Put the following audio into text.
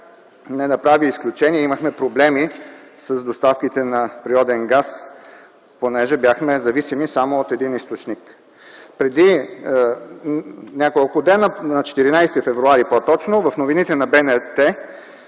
не направи изключение. Имахме проблеми с доставките на природен газ, защото бяхме зависими само от един източник. Преди няколко дни, на 14 февруари по-точно, в новините на